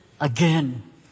again